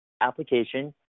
application